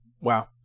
Wow